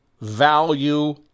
value